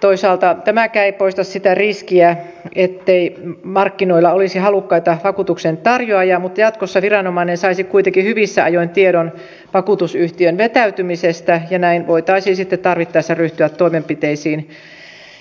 toisaalta tämäkään ei poista sitä riskiä ettei markkinoilla olisi halukkaita vakuutuksen tarjoajia mutta jatkossa viranomainen saisi kuitenkin hyvissä ajoin tiedon vakuutusyhtiön vetäytymisestä ja näin voitaisiin sitten tarvittaessa ryhtyä toimenpiteisiin